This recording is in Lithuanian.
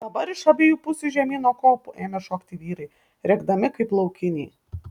dabar iš abiejų pusių žemyn nuo kopų ėmė šokti vyrai rėkdami kaip laukiniai